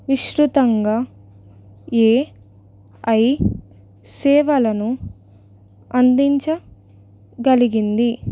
విస్తృతంగా A I సేవలను అందించగలిగింది